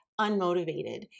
unmotivated